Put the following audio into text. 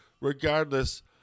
Regardless